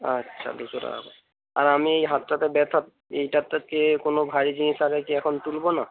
আচ্ছা দুশো টাকা করে আর আমি এই হাতটাতে ব্যথা এইটাতে কি কোনো ভারি জিনিস আরে কি এখন তুলব না